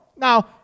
Now